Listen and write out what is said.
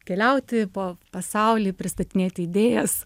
keliauti po pasaulį pristatinėti idėjas